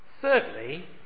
thirdly